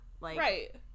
Right